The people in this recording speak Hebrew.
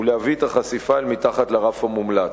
ולהביא את החשיפה אל מתחת לרף המומלץ.